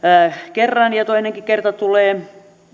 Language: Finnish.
kerran ja toinenkin kerta tulee